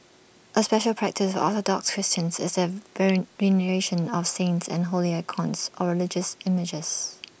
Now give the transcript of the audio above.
A special practice of Orthodox Christians is their veneration of saints and holy icons or religious images